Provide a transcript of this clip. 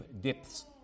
depths